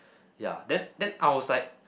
ya then then I was like